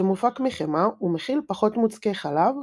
שמופק מחמאה ומכיל פחות מוצקי חלב,